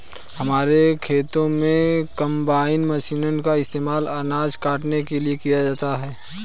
हमारे खेतों में कंबाइन मशीन का इस्तेमाल अनाज काटने के लिए किया जाता है